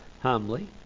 Humbly